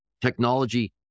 technology